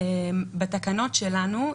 בתקנות שלנו,